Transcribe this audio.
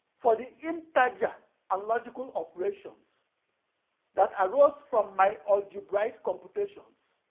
for the integer and logical operations that arose from my algebraic computations.